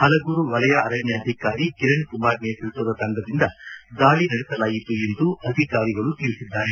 ಪಲಗೂರು ವಲಯ ಅರಣ್ಯಾಧಿಕಾರಿ ಕಿರಣ್ ಕುಮಾರ್ ನೇತೃತ್ವದ ತಂಡದಿಂದ ದಾಳಿ ನಡೆಸಲಾಯಿತು ಎಂದು ಅಧಿಕಾರಿಗಳು ತಿಳಿಸಿದ್ದಾರೆ